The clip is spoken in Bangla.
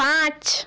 পাঁচ